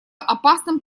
опасным